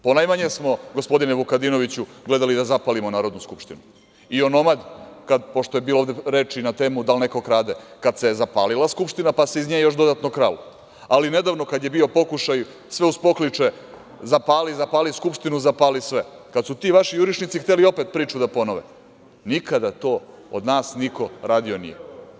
Ponajmanje smo, gospodine Vukadinoviću, gledali da zapalimo Narodnu skupštinu i onomad pošto je bilo ovde reči na temu da li neko krade kad se zapalila Skupština pa se iz nje još dodatno kralo, ali nedavno kada je bio pokušaj sve uz pokliče – zapali, zapali Skupštinu, zapali sve, kad su ti vaši jurišnici hteli opet priču da ponove, nikada to od nas niko radio nije.